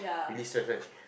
really stress right